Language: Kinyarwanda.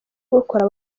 gukora